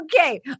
okay